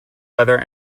leather